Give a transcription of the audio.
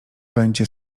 będzie